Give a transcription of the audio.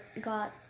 got